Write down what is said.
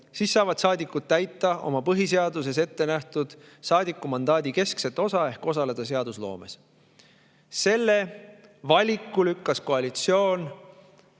siis saavad saadikud täita oma põhiseaduses ette nähtud saadikumandaadi keskset osa ehk osaleda seadusloomes. Selle [võimaluse] lükkas koalitsioon